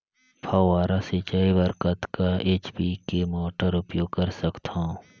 फव्वारा सिंचाई बर कतका एच.पी के मोटर उपयोग कर सकथव?